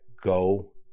go